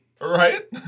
Right